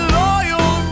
loyal